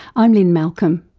i'm lynne malcolm.